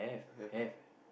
have ah